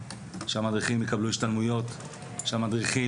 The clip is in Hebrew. מוסמכים; שהמדריכים יקבלו השתלמויות; שהמדריכים